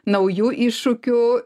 naujų iššūkių